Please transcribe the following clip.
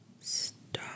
stop